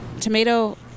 tomato